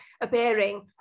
appearing